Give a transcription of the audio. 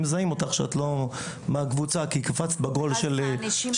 הם מזהים אותך שאת לא כי קפצת בגול של הקבוצה.